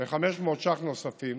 ו-500 ש"ח נוספים